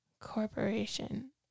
corporation